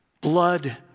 blood